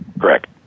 Correct